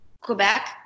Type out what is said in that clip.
Quebec